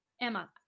Emma